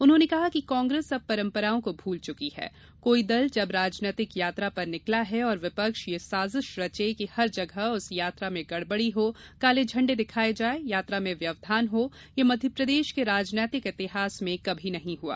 उन्होंने कहा कि कांग्रेस अब परंपराओं को भूल चुकी है कोई दल जब राजनीतिक यात्रा पर निकला है और विपक्ष यह साजिश रचे कि हर जगह उस यात्रा में गड़बड़ी हो काले झंडे दिखाए जाए यात्रा में व्यवधान हो ये मध्यप्रदेश के राजनीतिक इतिहास में कभी नहीं हुआ